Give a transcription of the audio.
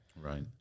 Right